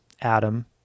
Adam